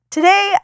Today